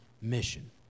mission